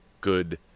good